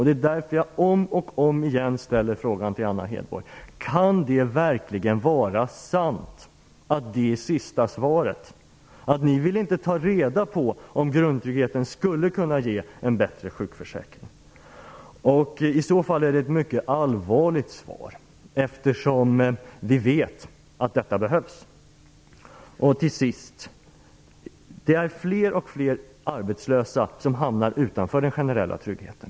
Det är därför jag om och om igen ställer frågan till Anna Hedborg: Kan det verkligen vara sant att sista svaret är att ni inte vill ta reda på om grundtryggheten skulle kunna ge en bättre sjukförsäkring? I så fall är det ett mycket allvarligt svar, eftersom vi vet att detta behövs. Fler och fler arbetslösa hamnar utanför den generella tryggheten.